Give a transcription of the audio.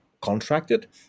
contracted